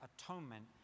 atonement